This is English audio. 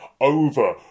over